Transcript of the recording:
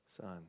son